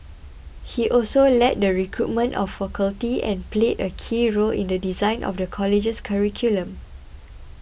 he also led the recruitment of faculty and played a key role in the design of the college's curriculum